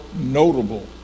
notable